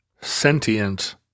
sentient